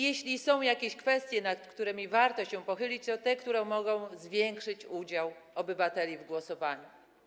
Jeśli są jakieś kwestie, nad którymi warto się pochylić, to te, które mogą zwiększyć udział obywateli w głosowaniu.